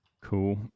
cool